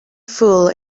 fool